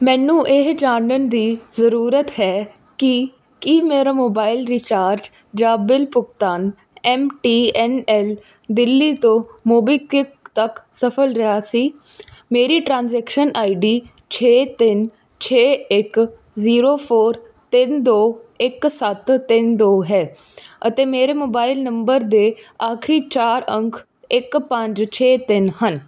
ਮੈਨੂੰ ਇਹ ਜਾਣਨ ਦੀ ਜ਼ਰੂਰਤ ਹੈ ਕਿ ਕੀ ਮੇਰਾ ਮੋਬਾਈਲ ਰੀਚਾਰਜ ਜਾਂ ਬਿੱਲ ਭੁਗਤਾਨ M T N L Delhi ਤੋਂ ਮੋਬੀਕਵਿਕ ਤੱਕ ਸਫਲ ਰਿਹਾ ਸੀ ਮੇਰੀ ਟ੍ਰਾਂਜੈਕਸ਼ਨ ਆਈਡੀ ਛੇ ਤਿੰਨ ਛੇ ਇੱਕ ਜ਼ੀਰੋ ਫੌਰ ਤਿੰਨ ਦੋ ਇੱਕ ਸੱਤ ਤਿੰਨ ਦੋ ਹੈ ਅਤੇ ਮੇਰੇ ਮੋਬਾਈਲ ਨੰਬਰ ਦੇ ਆਖਰੀ ਚਾਰ ਅੰਕ ਇੱਕ ਪੰਜ ਛੇ ਤਿੰਨ ਹਨ